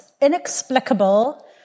inexplicable